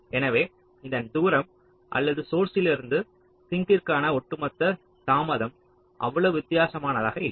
எனவே இந்த தூரம் அல்லது சோர்ஸ்ஸிலிருந்து சிங்க்கிற்க்கான ஒட்டுமொத்த தாமதம் அவ்வளவு வித்தியாசமானதாக இல்லை